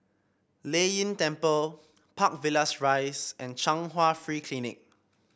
Lei Yin Temple Park Villas Rise and Chung Hwa Free Clinic